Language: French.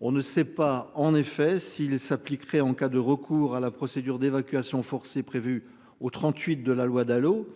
On ne sait pas, en effet, s'il s'appliquerait en cas de recours à la procédure d'évacuation forcée prévu au 38 de la loi Dalo.